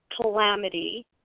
calamity